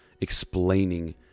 explaining